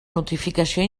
notificació